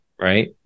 Right